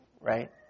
Right